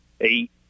eight